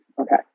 Okay